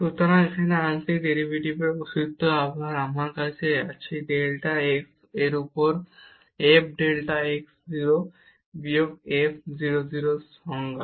সুতরাং এখানে আংশিক ডেরিভেটিভের অস্তিত্ব আবার আমাদের কাছে আছে ডেল্টা x এর উপর f ডেল্টা x 0 বিয়োগ f 0 0 এর সংজ্ঞা